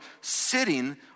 sitting